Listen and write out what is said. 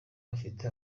ufite